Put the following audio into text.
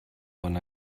von